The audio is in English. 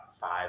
five